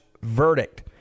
verdict